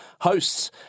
hosts